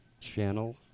Channel